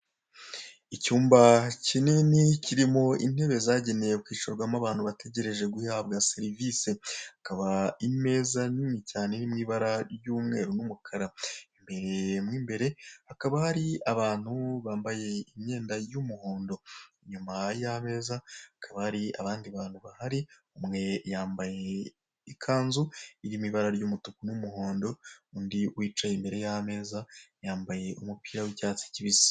Icyumba kinini kirimo intebe zagenewe kwicarwamo abantu batereje guhabwa serivise, hakaba imeza nini cyane iri mu ibara ry'umweru n'umukara, imbere mo imbere, hakaba hari abantu bambaye imyenda y'umuhondo, inyuma y'ameza hakaba hari abandi bantu bahari, umwe yambaye ikanzu iri mu ibara ry'umutuku n'umuhondo undi wicaye imbere y'ameza yambaye umupira w'icyatsi kibisi.